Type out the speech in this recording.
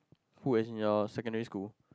who as in your secondary school